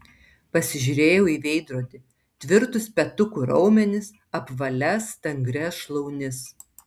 pasižiūrėjau į veidrodį tvirtus petukų raumenis apvalias stangrias šlaunis